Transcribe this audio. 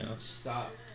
stop